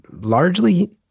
largely